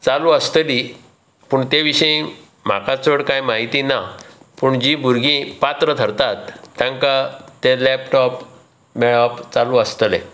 चालू आसतली पूण ते विशयी म्हाका चड कांय म्हायती ना पूण जी भुरगीं पात्र थारतात तांका ते लॅपटॅाप मेळप चालू आसतले